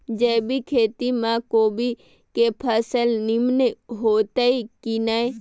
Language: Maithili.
जैविक खेती म कोबी के फसल नीमन होतय की नय?